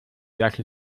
lasche